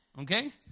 okay